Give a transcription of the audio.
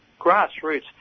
grassroots